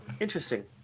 interesting